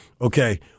okay